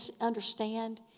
understand